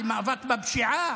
למאבק בפשיעה?